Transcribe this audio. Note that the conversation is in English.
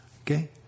Okay